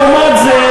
לעומת זה,